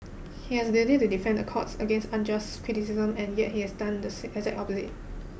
he has a duty to defend the courts against unjust criticism and yet he has done the seat as an opposite